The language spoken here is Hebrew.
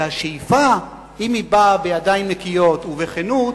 ואם השאיפה באה בידיים נקיות ובכנות,